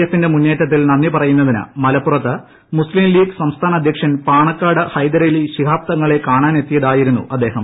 എഫിന്റെ മുന്നേറ്റത്തിൽ നന്ദി പറയുന്നതിന് മലപ്പുറത്ത് മുസ്തീംലീഗ് സംസ്ഥാന അധ്യക്ഷൻ പാണക്കാട് ഹൈദരലി ശിഹ്ബ്തങ്ങളെ കാണാനെത്തിയതായിരുന്നു അദ്ദേഹം